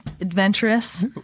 adventurous